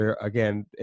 Again